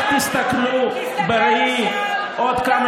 תתעשתו ותחשבו איך תסתכלו בראי עוד כמה